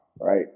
right